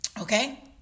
okay